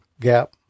gap